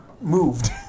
moved